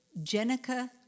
Jenica